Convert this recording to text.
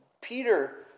Peter